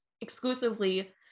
exclusively